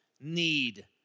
need